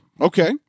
okay